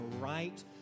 right